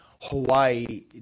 Hawaii